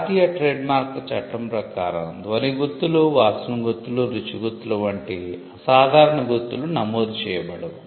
భారతీయ ట్రేడ్మార్క్ల చట్టం ప్రకారం ధ్వని గుర్తులు వాసన గుర్తులు రుచి గుర్తులు వంటి అసాధారణ గుర్తులు నమోదు చేయబడవు